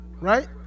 right